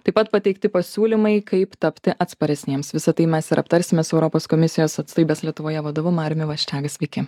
taip pat pateikti pasiūlymai kaip tapti atsparesniems visa tai mes ir aptarsime su europos komisijos atstovybės lietuvoje vadovu mariumi vaščega sveiki